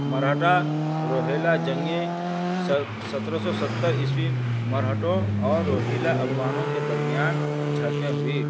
مرہٹا روہیلا جنگیں سترہ سو ستر عیسوی مرہٹوں اور روہیلا افغانوں کے درمیان جھڑ پیں ہوئی